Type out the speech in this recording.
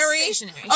Stationary